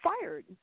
fired